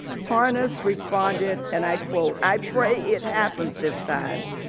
parnas responded and i quote, i pray it happens this time.